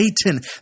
Satan